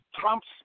Trump's